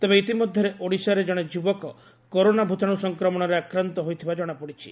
ତେବେ ଇତିମଧ୍ଧରେ ଓଡ଼ିଶାରେ ଜଣେ ଯୁବକ କରୋନା ଭୂତାଣୁ ସଂକ୍ରମଣରେ ଆକ୍ରାନ୍ତ ହୋଇଥିବା ଜଶାପଡ଼ିଛି